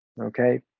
okay